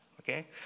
Okay